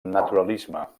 naturalisme